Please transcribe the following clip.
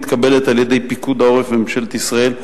מתקבלת על-ידי פיקוד העורף וממשלת ישראל,